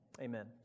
Amen